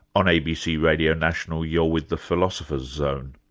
on abc radio national you're with the philosopher's zone.